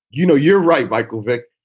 you know, you're right. michael vick,